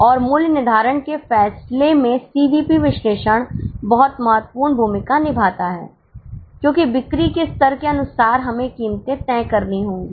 और मूल्य निर्धारण के फैसले में सीवीपी विश्लेषण बहुत महत्वपूर्ण भूमिका निभाता है क्योंकि बिक्री के स्तर के अनुसार हमें कीमतें तय करनी होंगी